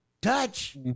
Touch